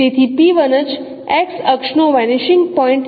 તેથી જ એક્સ અક્ષનો વેનીશિંગ પોઇન્ટ છે